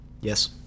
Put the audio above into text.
Yes